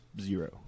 zero